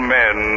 men